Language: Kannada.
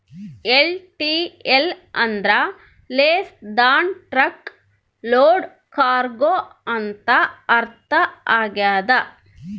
ಎಲ್.ಟಿ.ಎಲ್ ಅಂದ್ರ less than truck load cargo ಅಂತ ಅರ್ಥ ಆಗ್ಯದ